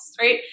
right